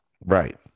Right